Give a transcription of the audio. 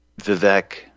Vivek